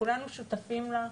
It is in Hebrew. כולנו שותפים לה.